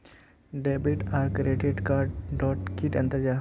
Debit आर credit card डोट की अंतर जाहा?